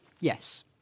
yes